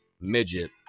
midget